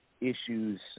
issues